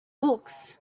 books